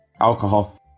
Alcohol